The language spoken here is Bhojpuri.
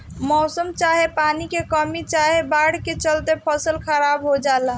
मौसम चाहे पानी के कमी चाहे बाढ़ के चलते फसल खराब हो जला